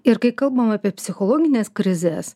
ir kai kalbam apie psichologines krizes